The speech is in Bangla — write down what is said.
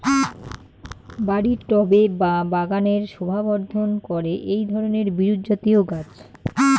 বাড়ির টবে বা বাগানের শোভাবর্ধন করে এই ধরণের বিরুৎজাতীয় গাছ